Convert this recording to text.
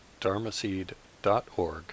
dharmaseed.org